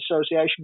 Association